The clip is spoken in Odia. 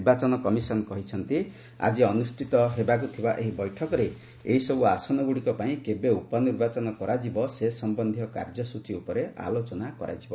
ନିର୍ବାଚନ କମିଶନ୍ କହିଛନ୍ତି ଆଜି ଅନୁଷ୍ଠିତ ହେବାକୁ ଥିବା ଏକ ବୈଠକରେ ଏହିସବୁ ଆସନଗୁଡ଼ିକ ପାଇଁ କେବେ ଉପନିର୍ବାଚନ କରାଯିବ ସେ ସମ୍ଭନ୍ଧୀୟ କାର୍ଯ୍ୟସ୍ତଚୀ ଉପରେ ଆଲୋଚନା କରାଯିବ